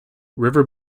river